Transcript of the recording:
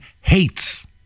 hates